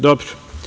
Dobro.